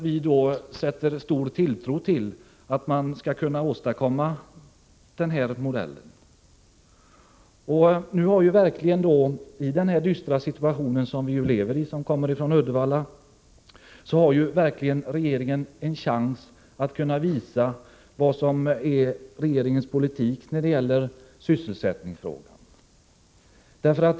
Vi sätter stor tilltro till att man skall kunna åstadkomma denna modell. I den dystra situationen i Uddevalla har regeringen verkligen en chans att visa vad som är regeringens politik när det gäller sysselsättningsfrågorna.